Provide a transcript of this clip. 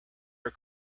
are